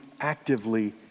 actively